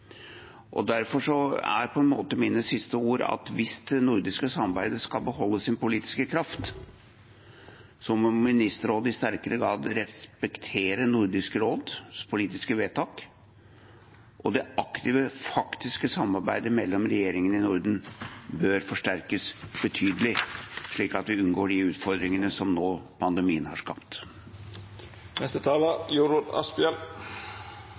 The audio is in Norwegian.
Derfor er mine siste ord at hvis det nordiske samarbeidet skal beholde sin politiske kraft, må Ministerrådet i sterkere grad respektere Nordisk råds politiske vedtak. Det aktive, faktiske samarbeidet mellom regjeringene i Norden bør forsterkes betydelig, slik at vi unngår de utfordringene som pandemien har skapt.